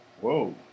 Whoa